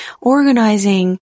organizing